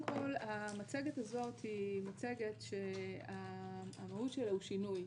המצגת הזאת היא מצגת שהמהות שלה הוא שינוי,